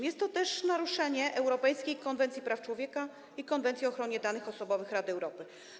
Jest to też naruszenie europejskiej konwencji praw człowieka i konwencji o ochronie danych osobowych Rady Europy.